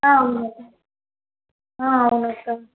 అవును అవును